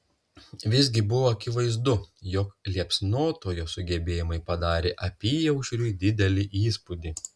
visgi buvo akivaizdu jog liepsnotojo sugebėjimai padarė apyaušriui didelį įspūdį